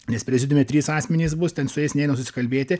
nes prezidiume trys asmenys bus ten su jais susikalbėti